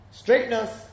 straightness